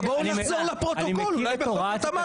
הוא בחר להביא את החוק